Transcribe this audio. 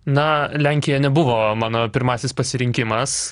na lenkija nebuvo mano pirmasis pasirinkimas